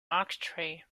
octree